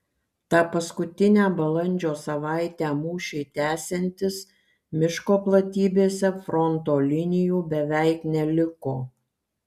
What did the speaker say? tą paskutinę balandžio savaitę mūšiui tęsiantis miško platybėse fronto linijų beveik neliko